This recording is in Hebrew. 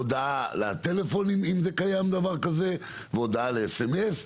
הודעה לטלפון אם קיים דבר כזה והודעת סמס,